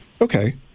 Okay